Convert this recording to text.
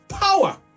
power